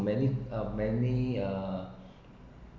many uh many uh